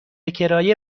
کرایه